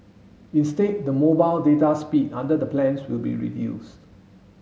instead the mobile data speed under the plans will be reduced